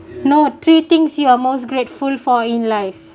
no three things you are most grateful for in life